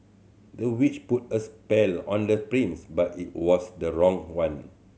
the witch put a spell on the prince but it was the wrong one